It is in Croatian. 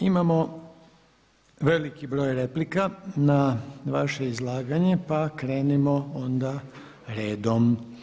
Imamo veliki broj replika na vaše izlaganje pa krenimo onda redom.